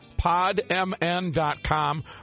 podmn.com